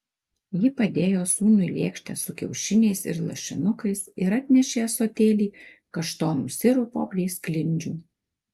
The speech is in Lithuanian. ji padėjo sūnui lėkštę su kiaušiniais ir lašinukais ir atnešė ąsotėlį kaštonų sirupo prie sklindžių